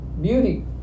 beauty